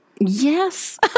Yes